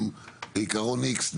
אוטומטית.